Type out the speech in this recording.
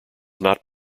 not